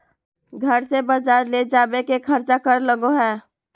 घर से बजार ले जावे के खर्चा कर लगो है?